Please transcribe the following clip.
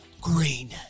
green